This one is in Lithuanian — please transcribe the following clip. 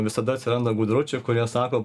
visada atsiranda gudručių kurie sako